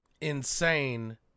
insane